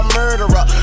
murderer